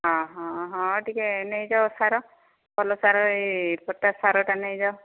ହଁ ହଁ ହଁ ଟିକେ ନେଇଯାଅ ସାର ଭଲ ସାର ପଟାସ୍ ସାରଟା ନେଇଯାଅ